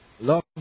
Love